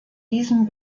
diesem